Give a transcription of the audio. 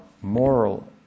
moral